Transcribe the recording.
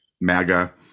MAGA